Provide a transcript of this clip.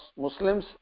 Muslims